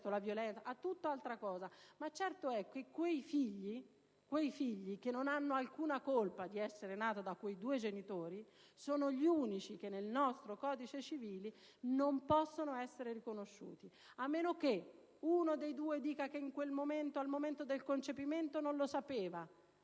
Ma certo è che quei figli, che non hanno alcuna colpa di essere nati da quei due genitori, sono gli unici che nel nostro codice civile non possono essere riconosciuti, a meno che uno dei due genitori dica che al momento del concepimento non sapeva